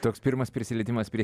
toks pirmas prisilietimas prie